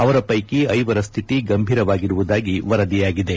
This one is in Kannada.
ಅವರ ಪೈಕಿ ಐವರ ಸ್ಥಿತಿ ಗಂಭೀರವಾಗಿರುವುದಾಗಿ ವರದಿಯಾಗಿದೆ